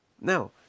Now